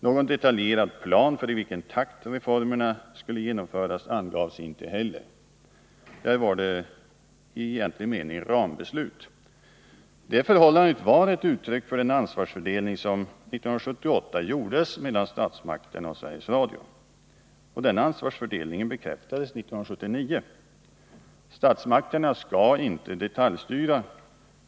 Någon detaljerad plan för i vilken takt reformerna skulle genomföras angavs inte heller. Där var det i egentlig mening rambeslut. Detta förhållande var ett uttryck för den ansvarsfördelning som 1978 gjordes mellan statsmakterna och Sveriges Radio. Ansvarsfördelningen bekräftades 1979. Statsmakterna skall inte detaljstyra.